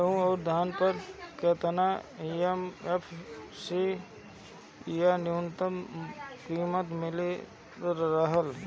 गेहूं अउर धान पर केतना एम.एफ.सी या न्यूनतम कीमत मिल रहल बा?